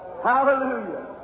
Hallelujah